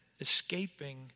escaping